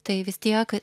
tai vis tiek